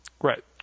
Right